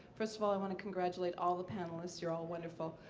first of all, i want to congratulate all the panelists. you're all wonderful.